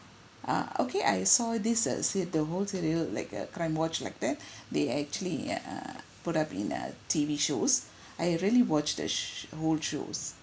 ah okay I saw this uh said the whole serial like a crimewatch like that they actually err put up in a T_V shows I really watched this whole shows